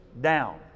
down